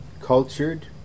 cultured